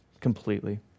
completely